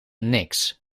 niks